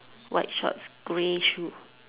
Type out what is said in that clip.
white shorts grey shoe